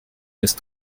ist